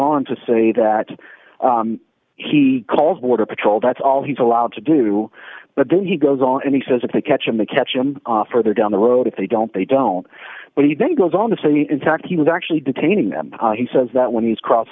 on to say that he calls border patrol that's all he's allowed to do but then he goes on and he says if they catch and they catch him further down the road if they don't they don't but he then goes on to say in fact he was actually detaining them he says that when he's cross